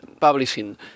publishing